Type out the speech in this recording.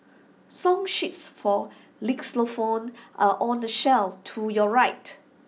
song sheets for xylophones are on the shelf to your right